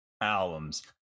albums